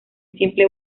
simple